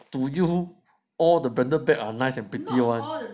to you all the branded bag are nice and pretty